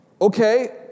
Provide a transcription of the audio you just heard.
Okay